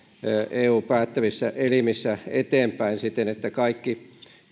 eun päättävissä elimissä eteenpäin siten että kaikki